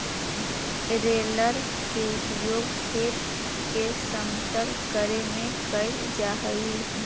roller के उपयोग खेत के समतल करे में कैल जा हई